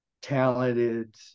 talented